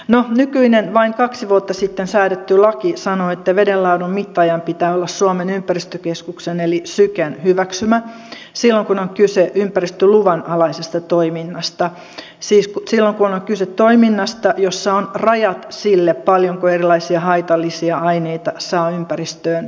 no nykyinen vain kaksi vuotta sitten säädetty laki sanoo että vedenlaadun mittaajan pitää olla suomen ympäristökeskuksen eli syken hyväksymä silloin kun on kyse ympäristöluvan alaisesta toiminnasta siis silloin kun on kyse toiminnasta jossa on rajat sille paljonko erilaisia haitallisia aineita saa ympäristöön päästä